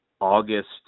August